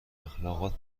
اخلاقات